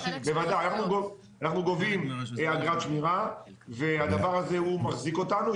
אנחנו גובים אגרת שמירה והדבר הזה מחזיק אותנו.